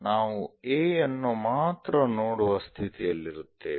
ನಾವು A ಯನ್ನು ಮಾತ್ರ ನೋಡುವ ಸ್ಥಿತಿಯಲ್ಲಿರುತ್ತೇವೆ